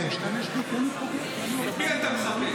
מכבי נתניה.